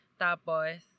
tapos